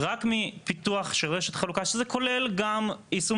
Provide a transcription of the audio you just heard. רק פיתוח של רשת חלוקה שזה כולל גם יישום